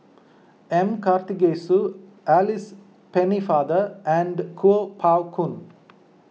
M Karthigesu Alice Pennefather and Kuo Pao Kun